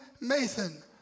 Mason